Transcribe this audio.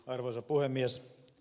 arvoisa puhemies